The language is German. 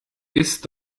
ist